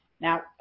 Now